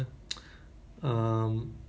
but part time